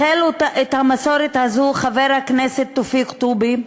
החל את המסורת הזאת חבר הכנסת תופיק טובי,